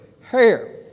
hair